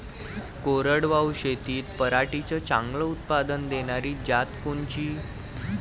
कोरडवाहू शेतीत पराटीचं चांगलं उत्पादन देनारी जात कोनची?